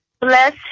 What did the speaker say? Bless